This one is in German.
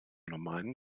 normalen